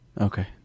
Okay